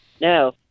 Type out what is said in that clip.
no